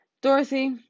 Dorothy